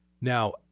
Now